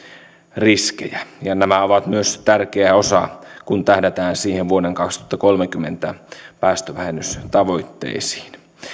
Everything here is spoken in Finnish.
riskejä ja nämä ovat myös tärkeä osa kun tähdätään vuoden kaksituhattakolmekymmentä päästövähennystavoitteisiin